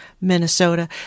Minnesota